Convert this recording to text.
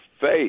faith